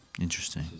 Interesting